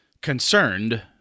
Concerned